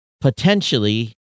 potentially